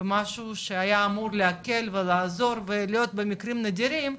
במשהו שהיה אמור להקל ולעזור ולהיות במקרים נדירים,